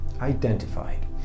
identified